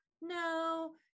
No